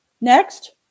next